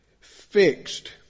Fixed